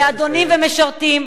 לאדונים ומשרתים,